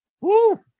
Woo